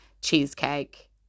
cheesecake